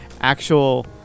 actual